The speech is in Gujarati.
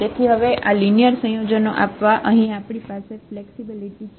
તેથી હવે આ લિનિયર સંયોજનો આપવા અહીં આપણી પાસે ફ્લેક્સિબિલિટી છે